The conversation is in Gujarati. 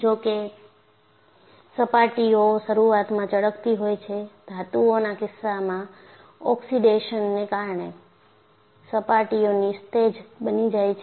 જો કે સપાટીઓ શરૂઆતમાં ચળકતી હોય છે ધાતુઓના કિસ્સામાં ઓક્સિડેશનને કારણે સપાટીઓ નિસ્તેજ બની જાય છે